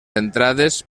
entrades